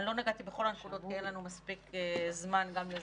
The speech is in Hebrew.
אני לא נגעתי בכל הנקודות כי אין לנו מספיק זמן גם לזה,